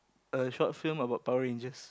a short film about Power-Rangers